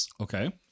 Okay